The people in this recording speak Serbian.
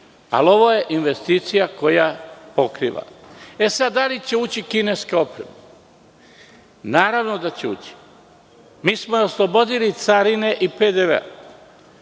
ali ovo je investicija koja pokriva. Da li će ući kineska oprema? Naravno da će ući. Mi smo je oslobodili carine i PDV.